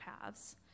paths